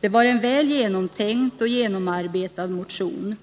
Det var en väl genomtänkt och genomarbetad motion.